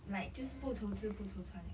like 就是不愁吃不愁穿 that kind then you talk 跟你可能真的是 no